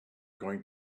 going